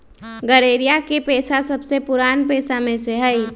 गरेड़िया के पेशा सबसे पुरान पेशा में से हई